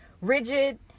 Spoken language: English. Rigid